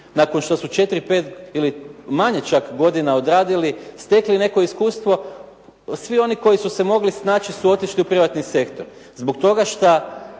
nakon što su 4, 5, ili manje čak godina odradili stekli neko iskustvo. Svi oni koji su se mogli snaći su otišli u privatni sektor. Zbog toga što